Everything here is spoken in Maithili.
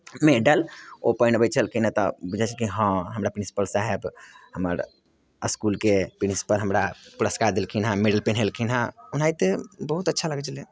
मेडल ओ पहिरबै छलखिन हेँ तऽ बुझै छलखिन हँ हमरा प्रिंसिपल साहेब हमर इस्कुलके प्रिंसिपल हमरा पुरस्कार देलखिन हेँ मेडल पहिरेलखिन हेँ ओनाहिते बहुत अच्छा लगै छलै